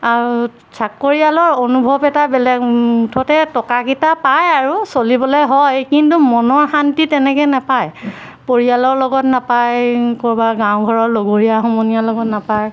আৰু চাকৰিয়ালৰ অনুভৱ এটা বেলেগ মুঠতে টকাকিটা পায় আৰু চলিবলৈ হয় কিন্তু মনৰ শান্তি তেনেকৈ নাপায় পৰিয়ালৰ লগত নাপায় ক'ৰবা গাঁও ঘৰৰ লগৰীয়া সমনীয়াৰ লগত নাপায়